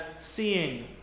seeing